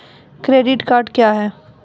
Credit card क्या हैं?